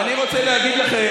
לפחות תגיד את האמת.